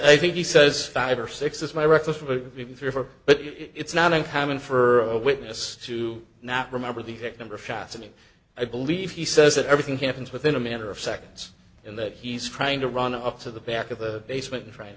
i think he says five or six is my record for review for but it's not uncommon for a witness to not remember the exact number of shots and i believe he says that everything happens within a matter of seconds in that he's trying to run up to the back of the basement and try